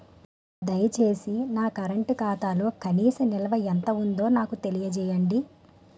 దయచేసి నా కరెంట్ ఖాతాలో కనీస నిల్వ ఎంత ఉందో నాకు తెలియజేయండి